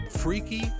Freaky